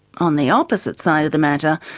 on the opposite side of the matter,